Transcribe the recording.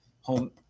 home –